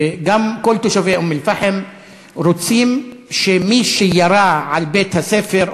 וגם כל תושבי אום-אלפחם רוצים שמי שירה על בית-הספר,